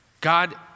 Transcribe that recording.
God